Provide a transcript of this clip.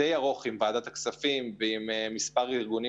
די ארוך עם ועדת הכספים ומספר ארגונים